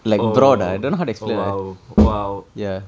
oh oh !wow! !wow!